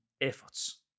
efforts